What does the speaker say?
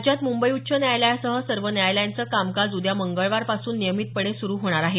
राज्यात मुंबई उच्च न्यायालयासह सर्व न्यायालयांचं कामकाज उद्या मंगळवारपासून नियमितपणे सुरू होणार आहे